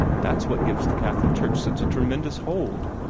that's what gives the catholic church such a tremendous hold.